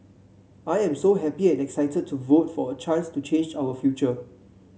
I am so happy and excited to vote for a chance to change our future